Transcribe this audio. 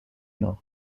nord